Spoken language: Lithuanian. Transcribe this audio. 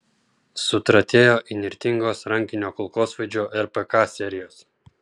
sutratėjo įnirtingos rankinio kulkosvaidžio rpk serijos